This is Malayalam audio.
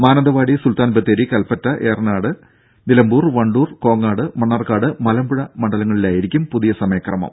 മാനന്തവാടി സുൽത്താൻ ബത്തേരി കൽപ്പറ്റ ഏറനാട് നിലമ്പൂർ വണ്ടൂർ കോങ്ങാട് മണ്ണാർക്കാട് മലമ്പുഴ മണ്ഡലങ്ങളിലായിരിക്കും പുതിയ സമയക്രമം